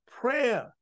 prayer